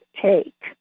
take